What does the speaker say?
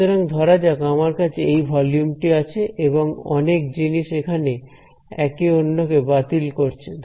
সুতরাং ধরা যাক আমার কাছে এই ভলিউম টি আছে এবং অনেক জিনিস এখানে একে অন্যকে বাতিল করেছে